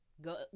go